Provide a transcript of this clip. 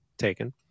taken